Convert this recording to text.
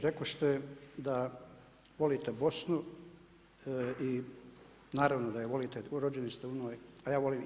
Rekoste da volite Bosnu i naravno da ju volite, rođeni ste u njoj, a ja volim i